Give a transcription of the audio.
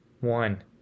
one